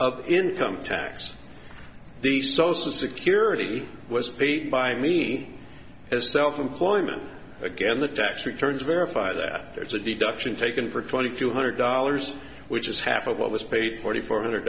of income tax the social security was paid by me as self employment again the tax returns verify that there's a deduction taken for twenty two hundred dollars which is half of what was paid forty four hundred